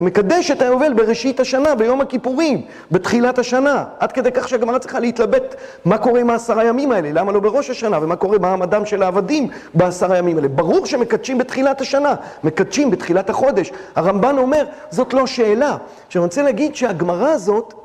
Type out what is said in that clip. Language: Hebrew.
מקדש את היובל בראשית השנה, ביום הכיפורים, בתחילת השנה, עד כדי כך שהגמרא צריכה להתלבט מה קורה עם העשרה ימים האלה, למה לא בראש השנה, ומה קורה במעמדם של העבדים בעשרה הימים האלה. ברור שמקדשים בתחילת השנה, מקדשים בתחילת החודש. הרמב"ן אומר, זאת לא שאלה. עכשיו, אני רוצה להגיד שהגמרא הזאת...